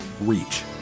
reach